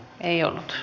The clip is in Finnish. ei ollut